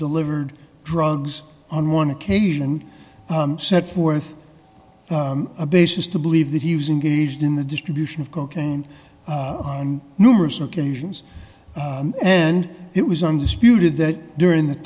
delivered drugs on one occasion and set forth a basis to believe that he was in gauged in the distribution of cocaine on numerous occasions and it was undisputed that during th